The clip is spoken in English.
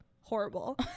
horrible